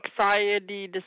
anxiety